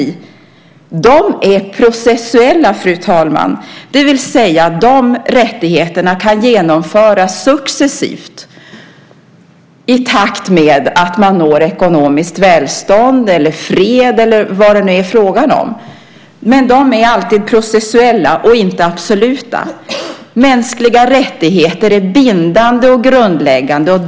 Men de rättigheterna är processuella, fru talman, det vill säga de kan genomföras successivt i takt med att man når ekonomiskt välstånd, fred eller vad det kan vara fråga om. De är alltid processuella och inte absoluta. Mänskliga rättigheter är bindande och grundläggande.